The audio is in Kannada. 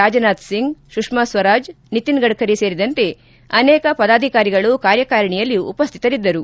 ರಾಜನಾಥಸಿಂಗ್ ಸುಷಾಸ್ತರಾಜ್ ನಿತಿನ್ ಗಡ್ಡರಿ ಸೇರಿದಂತೆ ಅನೇಕ ಪದಾಧಿಕಾರಿಗಳು ಕಾರ್ಯಕಾರಿಣಿಯಲ್ಲಿ ಉಪಸ್ತಿತರಿದ್ದರು